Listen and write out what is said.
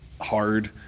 hard